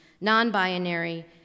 non-binary